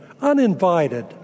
uninvited